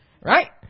Right